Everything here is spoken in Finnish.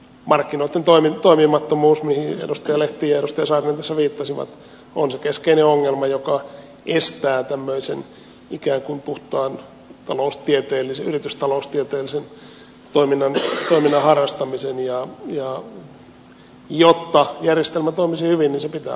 markkinoitten toimimattomuus mihin edustaja lehti ja edustaja saarinen tässä viittasivat on se keskeinen ongelma joka estää tämmöisen ikään kuin puhtaan yritystaloustieteellisen toiminnan harrastamisen ja jotta järjestelmä toimisi hyvin niin se pitää vaan ottaa huomioon